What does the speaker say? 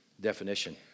definition